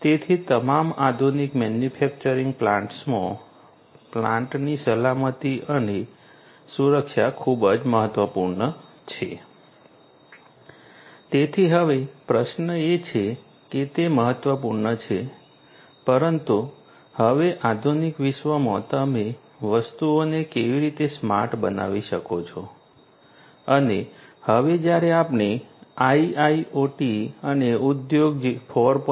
તેથી તમામ આધુનિક મેન્યુફેક્ચરિંગ પ્લાન્ટ્સમાં પ્લાન્ટની સલામતી અને સુરક્ષા ખૂબ જ મહત્વપૂર્ણ છે તેથી હવે પ્રશ્ન એ છે કે તે મહત્વપૂર્ણ છે પરંતુ હવે આધુનિક વિશ્વમાં તમે વસ્તુઓને કેવી રીતે સ્માર્ટ બનાવી શકો છો અને હવે જ્યારે આપણે IIoT અને ઉદ્યોગ 4